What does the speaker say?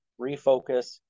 refocus